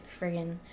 friggin